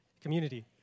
community